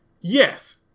yes